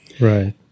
Right